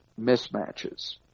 mismatches